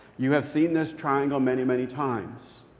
you have seen this triangle many, many times.